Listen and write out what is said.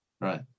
Right